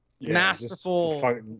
masterful